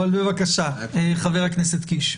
בבקשה, חבר הכנסת קיש.